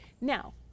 Now